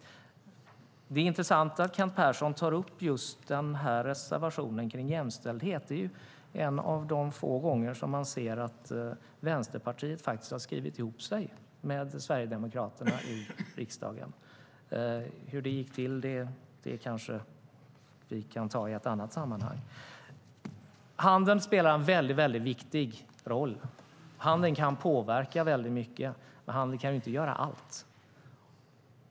Det är intressant att Kent Persson tar upp just reservationen om jämställdhet. Det är en av de få gånger som man ser att Vänsterpartiet faktiskt har skrivit ihop sig med Sverigedemokraterna i riksdagen. Hur det gick till kanske vi kan ta i ett annat sammanhang. Handeln spelar en viktig roll. Handeln kan påverka mycket. Men handeln kan inte göra allt.